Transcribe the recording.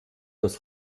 das